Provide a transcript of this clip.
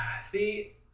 See